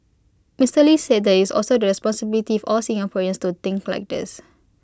Mister lee said that IT is also the responsibility of all Singaporeans to think like this